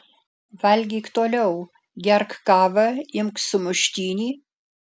valgyk toliau gerk kavą imk sumuštinį